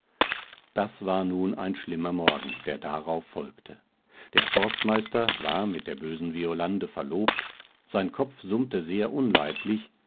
das war nun ein schlimmer morgen der darauf folgte der forstmeister war mit der bösen violande verlobt sein kopf summte sehr unleidlich